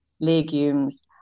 legumes